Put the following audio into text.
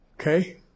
Okay